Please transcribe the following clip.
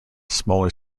smaller